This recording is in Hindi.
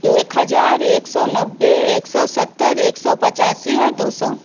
एक हज़ार एक सौ नब्बे एक सो सत्तर एक सौ पचासी और दो सौ